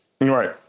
Right